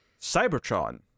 cybertron